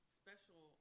special